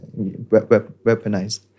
weaponized